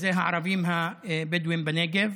וזה הערבים הבדואים בנגב.